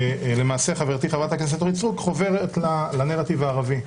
למעשה חברתי חברת הכנסת אורית סטרוק חוברת לנרטיב הערבי,